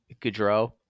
Gaudreau